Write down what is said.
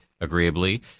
agreeably